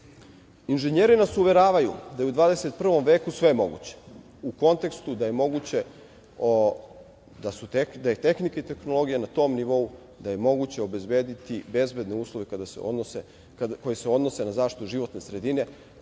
veći.Inženjeri nas uveravaju da je u 21. veku sve moguće, u kontekstu da je tehnika i tehnologija na tom nivou da je moguće obezbediti bezbedne uslove koji se odnose na zaštitu životne sredine,